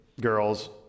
girls